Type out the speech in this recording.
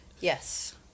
Yes